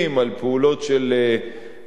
על פעולות של צה"ל.